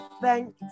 thanks